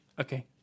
Okay